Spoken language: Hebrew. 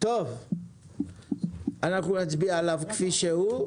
אנחנו נצביע על פרט 4 כפי שהוא.